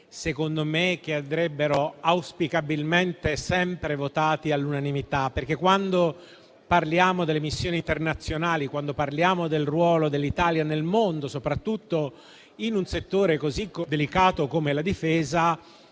secondo me, andrebbero auspicabilmente sempre votati all'unanimità. Quando infatti parliamo delle missioni internazionali e del ruolo dell'Italia nel mondo, soprattutto in un settore così delicato come la difesa,